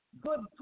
good